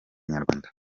nyarwanda